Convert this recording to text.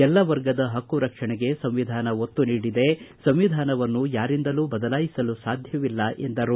ಎಲ್ಲ ವರ್ಗದ ಹಕ್ಕು ರಕ್ಷಣೆಗೆ ಸಂವಿಧಾನ ಒತ್ತು ನೀಡಿದೆ ಸಂವಿಧಾನವನ್ನು ಯಾರಿಂದಲೂ ಬದಲಾಯಿಸಲು ಸಾಧ್ಯವಿಲ್ಲ ಎಂದರು